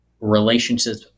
Relationships